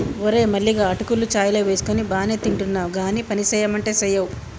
ఓరే మల్లిగా అటుకులు చాయ్ లో వేసుకొని బానే తింటున్నావ్ గానీ పనిసెయ్యమంటే సెయ్యవ్